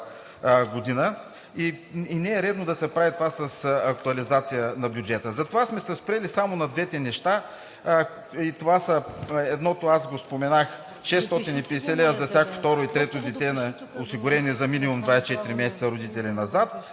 година и не е редно да се прави това с актуализация на бюджета. Затова сме се спрели само на двете неща и това са: едното, аз го споменах – 650 лв., за всяко второ и трето дете на осигурени за минимум за 24 месеца родители назад